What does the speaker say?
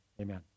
amen